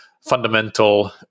fundamental